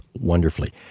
wonderfully